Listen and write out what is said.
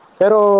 pero